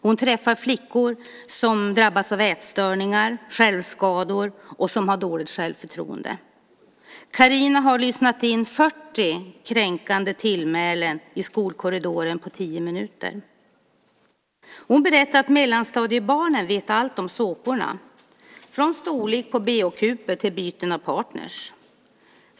Hon träffar flickor som drabbas av ätstörningar, självskador och som har dåligt självförtroende. Carina har lyssnat in 40 kränkande tillmälen i skolkorridoren på tio minuter. Hon berättade att mellanstadiebarnen vet allt om såporna, från storlek på bh-kupor till byten av partner.